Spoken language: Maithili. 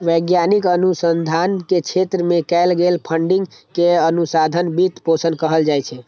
वैज्ञानिक अनुसंधान के क्षेत्र मे कैल गेल फंडिंग कें अनुसंधान वित्त पोषण कहल जाइ छै